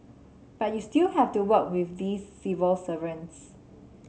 but you still have to work with these civil servants